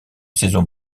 saison